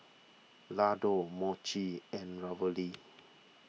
Ladoo and